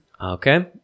Okay